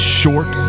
short